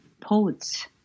poets